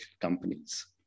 companies